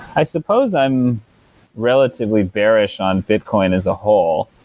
i suppose i'm relatively bearish on bitcoin as a whole.